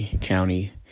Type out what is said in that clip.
County